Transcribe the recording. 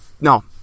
No